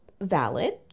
valid